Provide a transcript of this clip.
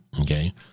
Okay